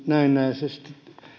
näennäisesti